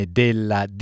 della